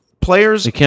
Players